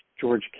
George